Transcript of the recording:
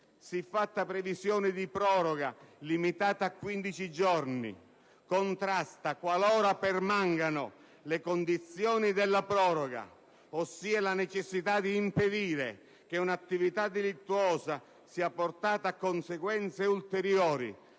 siffatta previsione di proroga limitata a 15 giorni contrasta, qualora permangano le condizioni della proroga, ossia la necessità di impedire che un'attività delittuosa sia portata a conseguenze ulteriori